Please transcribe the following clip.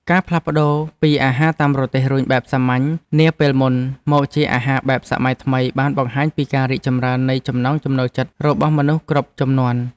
ការផ្លាស់ប្តូរពីអាហារតាមរទេះរុញបែបសាមញ្ញនាពេលមុនមកជាអាហារបែបសម័យថ្មីបានបង្ហាញពីការរីកចម្រើននៃចំណង់ចំណូលចិត្តរបស់មនុស្សគ្រប់ជំនាន់។